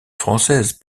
française